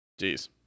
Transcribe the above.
Jeez